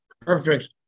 perfect